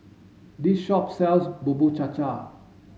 this shop sells Bubur Cha Cha